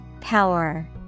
power